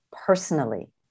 personally